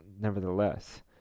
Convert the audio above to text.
nevertheless